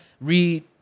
read